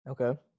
Okay